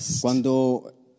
Cuando